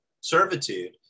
servitude